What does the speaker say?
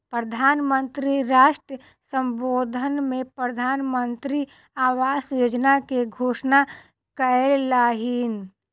प्रधान मंत्री राष्ट्र सम्बोधन में प्रधानमंत्री आवास योजना के घोषणा कयलह्नि